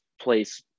place